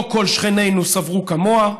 לא כל שכנינו סברו כמוה.